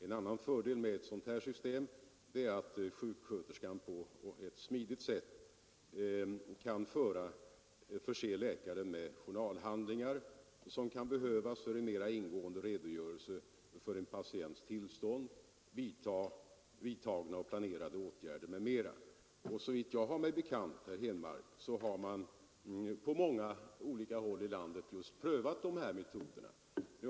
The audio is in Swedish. En annan fördel med ett sådant system är att sjuksköterskan på ett smidigt sätt kan förse läkaren med journalhandlingar, som kan behövas för en mera ingående redogörelse för en patients tillstånd, för vidtagna och planerade åtgärder m.m. Såvitt jag har mig bekant, har man på flera håll i landet prövat just en sådan organisation.